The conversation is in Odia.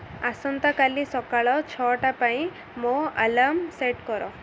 ଆସନ୍ତାକାଲି ସକାଳ ଛଅଟା ପାଇଁ ମୋ ଆଲାର୍ମ ସେଟ୍ କର